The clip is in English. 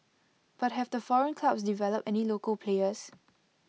but have the foreign clubs developed any local players